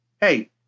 hey